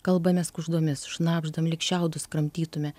kalbamės kuždomis šnabždam lyg šiaudus kramtytume